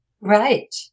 Right